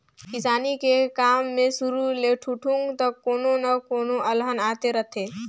किसानी के काम मे सुरू ले ठुठुंग तक कोनो न कोनो अलहन आते रथें